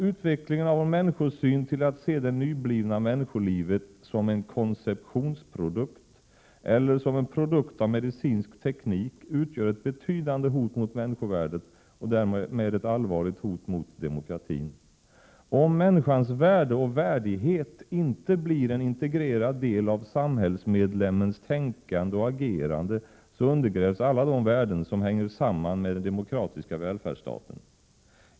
Utvecklingen av vår människosyn till att se det nyblivna människolivet som en konceptionsprodukt eller som en produkt av medicinsk teknik utgör ett betydande hot mot människovärdet och därmed ett allvarligt hot mot demokratin. Om människans värde och värdighet inte blir en integrerad del av samhällsmedlemmens tänkande och agerande, så undergrävs alla de värden som hänger samman med den demokratiska välfärdsstaten.